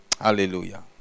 Hallelujah